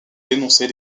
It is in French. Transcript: dénoncer